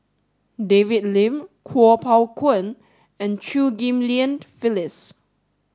David Lim Kuo Pao Kun and Chew Ghim Lian Phyllis